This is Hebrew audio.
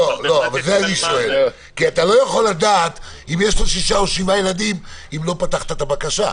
אתה לא יכול לדעת אם יש לו שבעה ילדים אם לא פתחת את הבקשה.